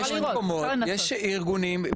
יש ארגונים,